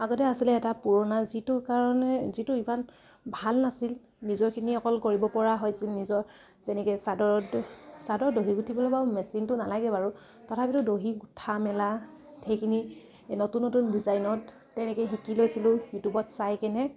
আগতে আছিলে এটা পুৰণা যিটো কাৰণে যিটো ইমান ভাল নাছিল নিজৰখিনি অকল কৰিব পৰা হৈছিল নিজৰ যেনেকৈ চাদৰত চাদৰ দহি গুঠিবলৈ বাৰু মেচিনটো নালাগে বাৰু তথাপিতো দহি গোঠা মেলা সেইখিনি নতুন নতুন ডিজাইনত তেনেকৈ শিকি লৈছিলোঁ ইউটিউবত চাইকেনে